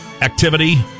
activity